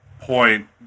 point